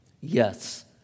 yes